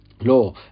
law